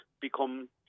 become